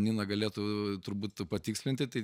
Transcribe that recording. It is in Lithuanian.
nina galėtų turbūt patikslinti tai